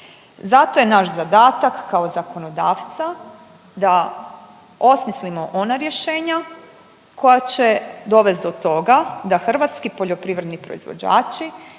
Zato je naš zadatak kao zakonodavca da osmislimo ona rješenja koja će dovest do toga da hrvatski poljoprivredni proizvođači